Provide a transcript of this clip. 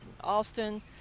Austin